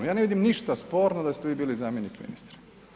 Ja ne vidim ništa sporno da ste vi bili zamjenik ministra.